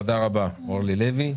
תודה רבה אורלי לוי.